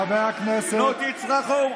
חבר הכנסת הרצנו,